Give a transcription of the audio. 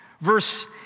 Verse